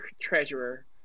treasurer